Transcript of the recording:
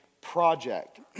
project